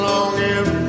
Longing